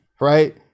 right